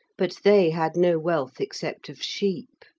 but they had no wealth except of sheep.